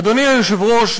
אדוני היושב-ראש,